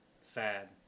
Sad